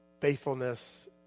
Faithfulness